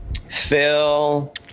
Phil